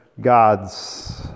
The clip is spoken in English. gods